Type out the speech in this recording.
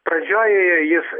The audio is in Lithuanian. pradžioje jis